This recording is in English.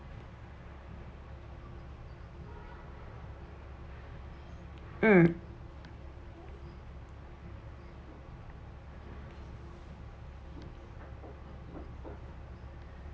mm